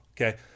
Okay